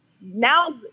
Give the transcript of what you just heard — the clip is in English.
now